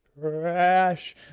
trash